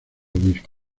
obispo